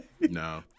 no